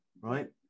right